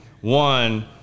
One